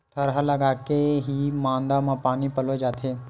थरहा लगाके के ही मांदा म पानी पलोय जाथे